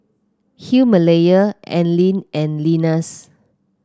Himalaya Anlene and Lenas